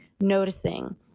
noticing